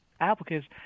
applicants